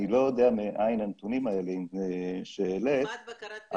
אני לא יודע מאין הנתונים האלה שהעלית --- 'יפעת-בקרת פרסום'.